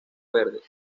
verdes